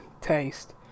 taste